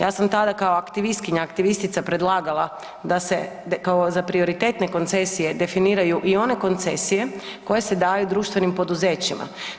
Ja sam tada kao aktivistkinja, aktivistica predlagala da se kao za prioritetne koncesije definiraju i one koncesije koje se daju društvenim poduzećima.